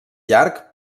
llarg